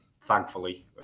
thankfully